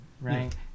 right